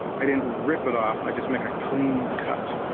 i didn't rip it off, i just make a clean cut.